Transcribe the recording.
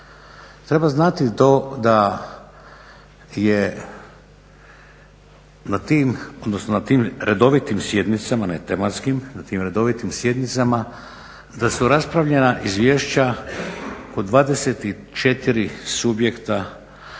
treba znati to da je na tim, odnosno na tim redovitim sjednicama, ne tematskim, na tim redovitim sjednicama da su raspravljena izvješća kod dvadeset